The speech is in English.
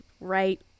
right